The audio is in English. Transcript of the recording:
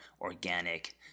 organic